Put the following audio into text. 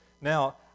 Now